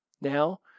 Now